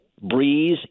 Breeze